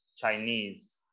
Chinese